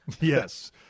Yes